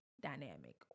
dynamic